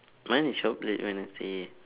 mine is shop late wednesday